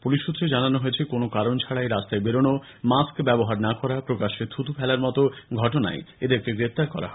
police সৃত্রে জানানো হয়েছে কোন কারণ ছাড়াই রাস্তায় বেরনো মাস্ক ব্যবহার না করা প্রকাশ্যে থুতু ফেলার মোত ঘটনায় এদেরকে গ্রেফতার করা হয়